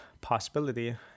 possibility